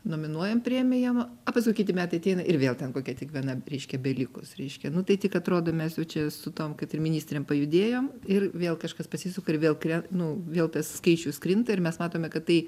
nominuojam premijom o pasakui kiti metai ateina ir vėl ten kokia tik viena reiškia belikus reiškia nu tai tik atrodo mes jau čia su tom kad ir ministrėm pajudėjom ir vėl kažkas pasisuka ir vėl kre nu vėl tas skaičius krinta ir mes matome kad tai